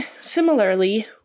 similarly